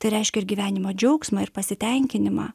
tai reiškia ir gyvenimo džiaugsmą ir pasitenkinimą